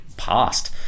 past